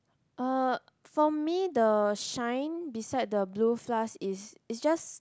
uh for me the shine beside the blue flask is is just